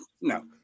No